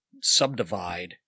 subdivide